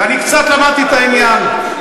אני קצת למדתי את העניין,